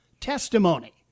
testimony